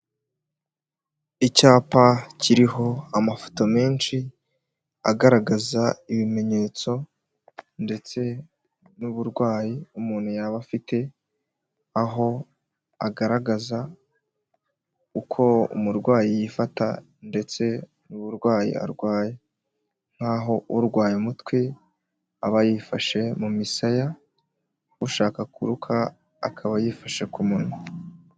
Icyapa kiriho amafoto menshi agaragaza ibimenyetso ndetse n'uburwayi umuntu yaba afite, aho agaragaza uko umurwayi yifata ndetse n'uburwayi arwaye, nk'aho urwaye umutwe, aba yifashe mu misaya, ushaka kuruka akaba yifashe ku munwa.